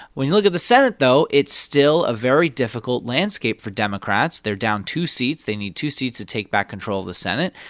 when you look at the senate, though, it's still a very difficult landscape for democrats. they're down two seats. they need two seats to take back control of the senate.